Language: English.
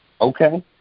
Okay